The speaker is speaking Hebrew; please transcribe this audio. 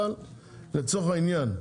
אבל לצורך העניין,